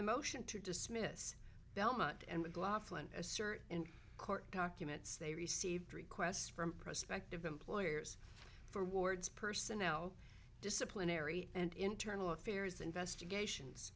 the motion to dismiss belmont and mclaughlin assert in court documents they received requests from prospective employers for wards personnel disciplinary and internal affairs investigations